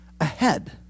ahead